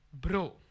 Bro